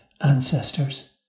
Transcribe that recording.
ancestors